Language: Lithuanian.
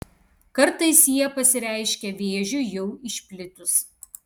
kartais jie pasireiškia vėžiui jau išplitus